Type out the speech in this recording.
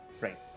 right